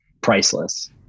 priceless